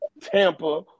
Tampa